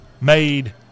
made